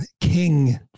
King